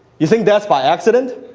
you think that's by accident?